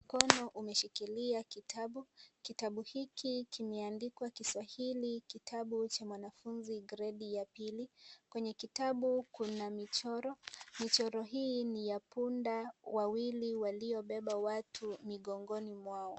Mkono umeshikilia kitabu, kitabu hiki kimeandikwa kiswahili kitabu cha mwanafunzi wa gradi ya pili. Kwenye kitabu kuna michoro, michoro hii ni ya punda wawili waliobeba watu migongoni mwao.